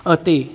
ਅਤੇ